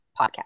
podcast